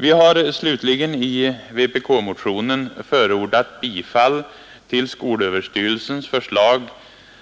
Vi har i vpk-motionen slutligen förordat bifall till skolöverstyrelsens förslag